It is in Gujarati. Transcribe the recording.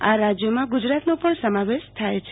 આ રાજ્યોમાં ગુજરાતનો પણ સમાવેશ થાય છે